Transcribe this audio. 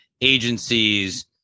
agencies